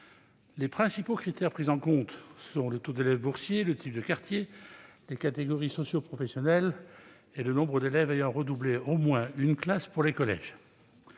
Les principaux critères pris en compte sont le taux d'élèves boursiers, le type de quartier, les catégories socioprofessionnelles et, pour les collèges, le nombre d'élèves ayant redoublé au moins une classe. Toutefois,